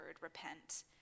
repent